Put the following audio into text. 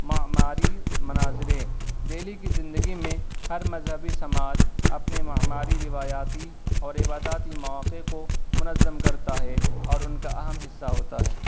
معماری مناظرے دہلی کی زندگی میں ہر مذہبی سماج اپنے معماری روایاتی اور عباداتی مواقع کو منظم کرتا ہے اور ان کا اہم حصہ ہوتا ہے